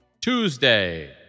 Tuesday